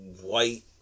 white